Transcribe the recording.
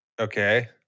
Okay